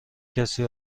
کسی